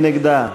מי נגדה?